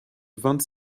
vingt